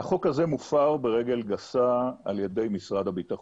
החוק הזה מופר ברגל גסה על ידי משרד הביטחון.